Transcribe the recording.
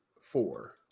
four